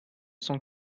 sans